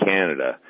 Canada